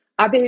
Abe